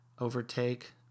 overtake